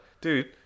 dude